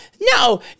no